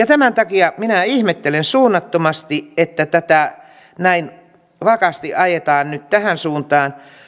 tämän takia minä ihmettelen suunnattomasti että tätä näin vakaasti ajetaan nyt tähän suuntaan